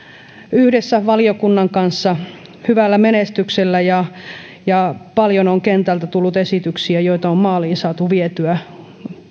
yhdessä valiokunnan kanssa hyvällä menestyksellä ja ja paljon on kentältä tullut esityksiä joita on maaliin saatu vietyä